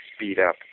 speed-up